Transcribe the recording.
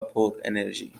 پرانرژی